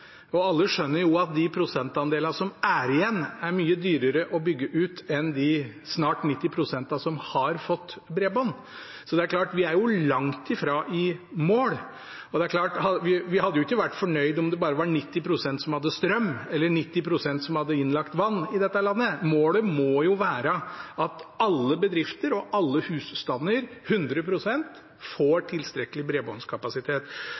og alle skjønner at de prosentandelene som er igjen, er mye dyrere å bygge ut enn det var for de snart 90 prosentene som har fått bredbånd. Så det er klart at vi er langt fra i mål. Vi hadde jo ikke vært fornøyd om det var bare 90 pst. som hadde strøm, eller bare 90 pst. som hadde innlagt vann i dette landet. Målet må jo være at alle bedrifter og alle husstander – 100 pst. – får tilstrekkelig bredbåndskapasitet.